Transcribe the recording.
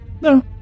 No